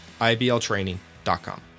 ibltraining.com